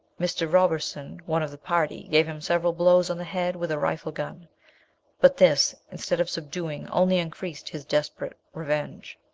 mr. roberson, one of the party, gave him several blows on the head with a rifle gun but this, instead of subduing, only increased his desperate revenge.